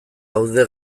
gaude